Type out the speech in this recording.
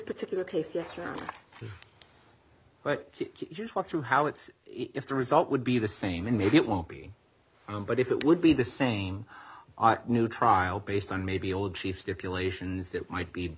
particular case yes or no but just walk through how it's if the result would be the same and maybe it won't be but if it would be the same new trial based on maybe old chief stipulations it might be